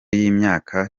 y’imyaka